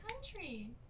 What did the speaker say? country